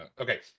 Okay